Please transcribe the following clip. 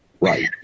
Right